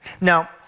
Now